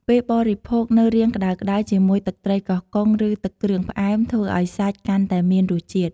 ពេលបរិភោគនៅរាងក្ដៅៗជាមួយទឹកត្រីកោះកុង ឬទឹកគ្រឿងផ្អែម ធ្វើឱ្យសាច់កាន់តែមានរសជាតិ។